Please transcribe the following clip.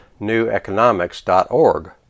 neweconomics.org